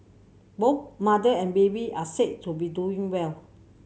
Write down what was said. both mother and baby are said to be doing well